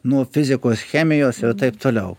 nuo fizikos chemijos ir taip toliau